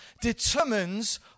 determines